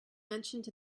mentioned